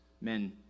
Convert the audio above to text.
men